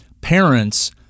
parents